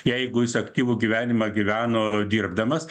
jeigu jis aktyvų gyvenimą gyveno dirbdamas